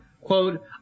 Quote